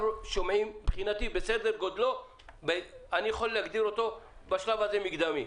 מבחינתי בסדר גודלו אני יכול להגדיר אותו בשלב הזה מקדמי.